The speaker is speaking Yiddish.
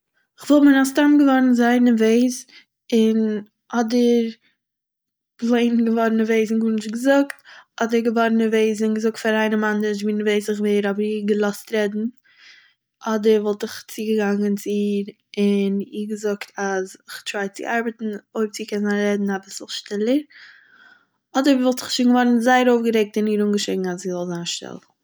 איך וואלט מן הסתם געווארן זייער נערוועז, און אדער, פלעין געוווארן נערוועז און גארנישט געזאגט, אדער געווארן נערוועז און געזאגט פאר איינעם ווי נערוועז איך ווער אבער איר געלאזט רעדן, אדער וואלט איך צוגעגאנגען צו איר, און איר געזאגט אז איך טריי צו ארבעטן, אויב זי קען רעדן אביסל שטילער, אדער וואלט איך שוין געווארן זייער אויפגערעגט און איר אנגעשריגן אז זי זאל זיין שטיל